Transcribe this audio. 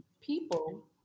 people